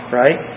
right